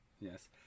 Yes